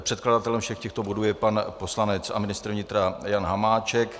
Předkladatelem všech těchto bodů je pan poslanec a ministr vnitra Jan Hamáček.